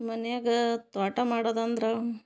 ಮನೆಯಾಗ ತೋಟ ಮಾಡೋದಂದ್ರೆ